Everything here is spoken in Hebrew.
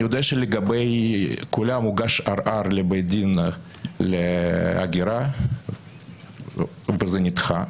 אני יודע שלגבי כולן הוגש ערר לבית הדין להגירה והוא נדחה.